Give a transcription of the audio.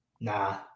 Nah